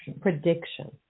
prediction